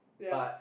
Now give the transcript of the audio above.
but